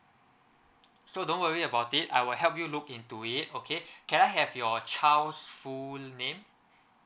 so don't worry about it I will help you look into it okay can I have your child's full name